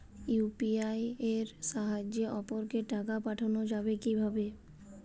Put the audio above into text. UPI এর সাহায্যে অপরকে টাকা পাঠানো যাবে কিভাবে?